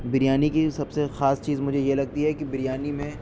بریانی کی سب سے خاص چیز مجھے یہ لگتی ہے کہ بریانی میں